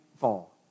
fall